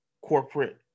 corporate